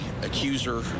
accuser